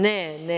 Ne.